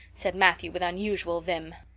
said matthew with unusual vim.